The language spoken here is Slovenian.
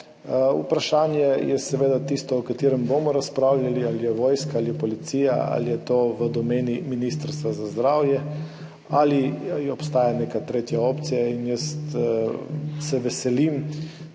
Vprašanje je seveda tisto, o katerem bomo razpravljali, ali je to v domeni vojske, ali policije, ali Ministrstva za zdravje, ali obstaja neka tretja opcija. In jaz se veselim